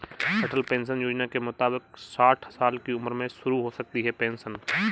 अटल pension योजना के मुताबिक साठ साल की उम्र में शुरू हो सकती है पेंशन